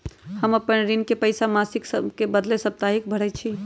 हम अपन ऋण के पइसा मासिक के बदले साप्ताहिके भरई छी